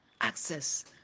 access